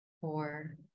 four